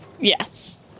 Yes